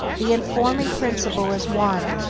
the informing principle is one,